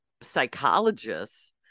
psychologists